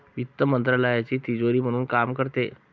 वित्त मंत्रालयाची तिजोरी म्हणून काम करते